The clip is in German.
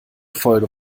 folge